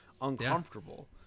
uncomfortable